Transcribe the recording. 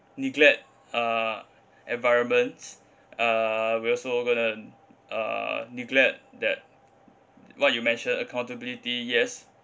neglect uh environment uh we're also going to uh neglect that what you mention accountability yes